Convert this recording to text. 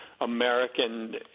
American